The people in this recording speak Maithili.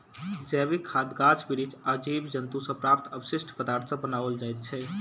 जैविक खाद गाछ बिरिछ आ जीव जन्तु सॅ प्राप्त अवशिष्ट पदार्थ सॅ बनाओल जाइत छै